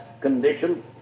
condition